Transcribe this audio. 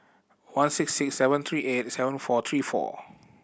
one six six seven three eight seven four three four